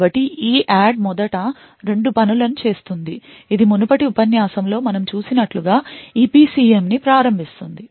కాబట్టి EADD మొదట 2 పనులు చేస్తుంది ఇది మునుపటి ఉపన్యాసంలో మనం చూసినట్లుగా EPCM ని ప్రారంభిస్తుంది